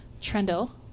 Trendle